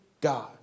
God